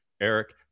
Eric